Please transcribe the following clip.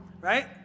right